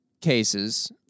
cases